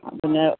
ആ പിന്നെ